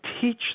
teach